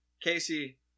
Casey